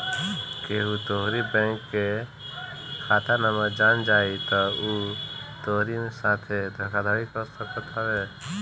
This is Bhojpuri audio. केहू तोहरी बैंक के खाता नंबर जान जाई तअ उ तोहरी साथे धोखाधड़ी कर सकत हवे